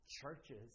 churches